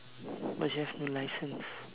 but you have no licence